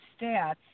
stats